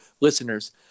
listeners